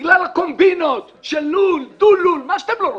בגלל הקומבינות של לול, דו לול, מה שאתם לא רוצים.